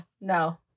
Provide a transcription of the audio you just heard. no